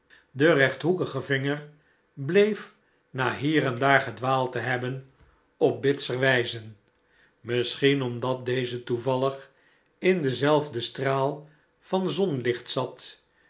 de rechthoekige vinger bleef na hier en daar gedwaald te hebben op bitzer wijzen misschien omdat deze toevallig in denzelfden straal van zonlicht zat